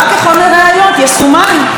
יסומן נספח 1,